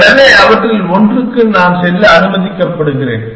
எனவே அவற்றில் ஒன்றுக்கு நான் செல்ல அனுமதிக்கப்படுகிறேன்